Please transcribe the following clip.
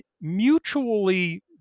mutually